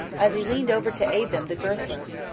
as he leaned over to aid them the girth broke.